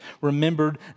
remembered